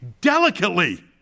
delicately